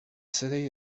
city